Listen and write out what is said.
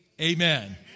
Amen